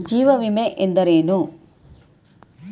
ಜೀವ ವಿಮೆ ಎಂದರೇನು?